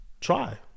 try